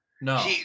No